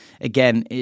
again